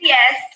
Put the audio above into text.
Yes